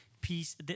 Peace